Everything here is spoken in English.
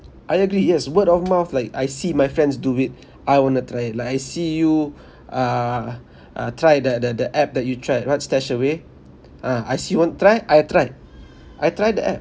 I agree yes word of mouth like I see my friends do it I want to try like I see you uh uh try the the the app that you tried what stashaway a'ah I see you want try I try I try the app